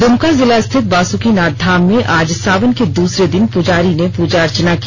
द्मका जिला स्थित बासुकीनाथ धाम में आज सावन के दूसरे दिन पुजारी ने पूजा अर्चना की